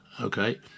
Okay